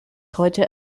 heute